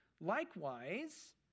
likewise